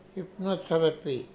Hypnotherapy